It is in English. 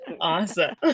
Awesome